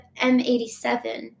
m87